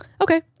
Okay